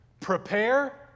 Prepare